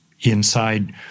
inside